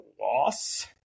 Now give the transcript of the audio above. loss